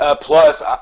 plus